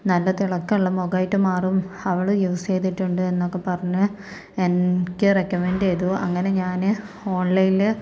നല്ല തിളക്കൊള്ള മൊഖായിട്ട് മാറും അവള് യൂസെയ്തിട്ടുണ്ട് എന്നൊക്കെ പറഞ്ഞ് എനിക്ക് റെക്കമൻ്റ് ചെയ്തു അങ്ങനെ ഞാന് ഓൺലൈനില്